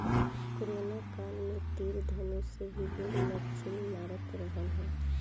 corona काल में तीर धनुष से भी लोग मछली मारत रहल हा